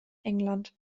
england